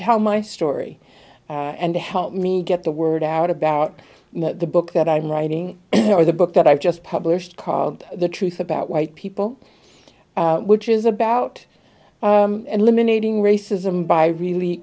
tell my story and to help me get the word out about the book that i'm writing or the book that i've just published called the truth about white people which is about eliminating racism by really